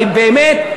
הרי באמת,